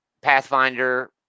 Pathfinder